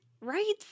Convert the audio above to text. Right